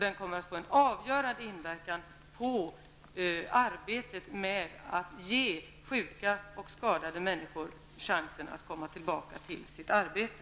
Den kommer att få en avgörande inverkan på arbetet med att ge sjuka och skadade människor chansen att komma tillbaka till sitt arbete.